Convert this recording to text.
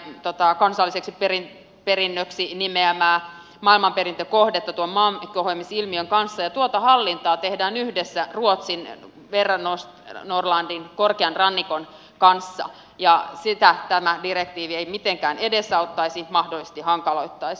totta on unescon kansalliseksi perinnöksi nimeämää maailmanperintökohdetta tuon maankohoamisilmiön kanssa ja tuota hallintaa tehdään yhdessä ruotsin västernorrlandin korkearannikon kanssa ja sitä tämä direktiivi ei mitenkään edesauttaisi mahdollisesti hankaloittaisi